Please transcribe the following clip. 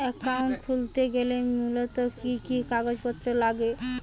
Account খুলতে গেলে মূলত কি কি কাগজপত্র লাগে?